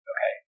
Okay